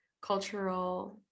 cultural